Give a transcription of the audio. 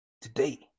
today